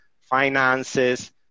finances